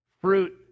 fruit